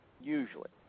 usually